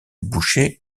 bouchet